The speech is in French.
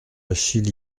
achille